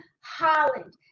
Holland